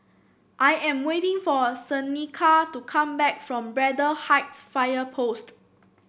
I am waiting for Seneca to come back from Braddell Heights Fire Post